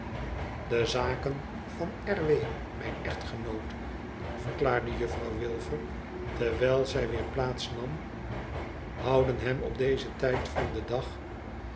de zaken van r w mijn echtgenoot verklaarde juffrouw wilfer terwijl zij weer plaats nam houden hem op dezen tijd van den dag